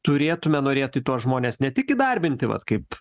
turėtume norėti tuos žmones ne tik įdarbinti vat kaip